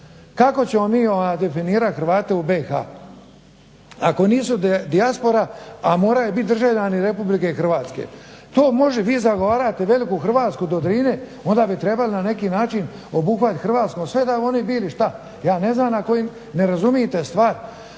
Kako će mi definirat Hrvate u BIH, ako nisu dijaspora a moraju bit državljani RH. To možda vi zagovarate veliku Hrvatsku do Drine, onda bi trebali na neki način obuhvatit Hrvatsku sve da bi oni bili, šta, ja ne znam na koji, ne razumijete stvar.